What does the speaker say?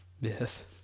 Yes